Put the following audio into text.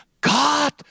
God